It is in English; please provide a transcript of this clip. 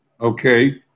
okay